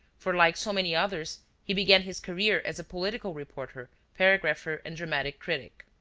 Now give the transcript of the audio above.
for like so many others, he began his career as a political reporter, paragrapher and dramatic critic.